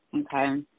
okay